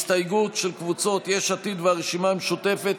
הסתייגות של קבוצות יש עתיד והרשימה המשותפת,